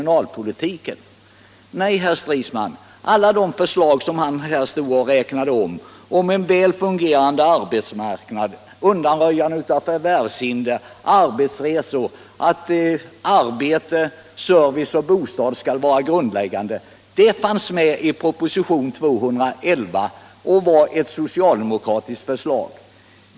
Nej, herr Stridsman, alla de förslag som herr Stridsman här räknade upp — om en väl fungerande arbetsmarknad, om undanröjande av förvärvshinder, om arbetsresor och om att arbete, service och bostad skall vara grundläggande — fanns med i proposition 211 och kom från socialdemokratiskt håll.